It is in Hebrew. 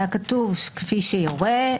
היה כתוב: "כפי שיורה,